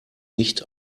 nicht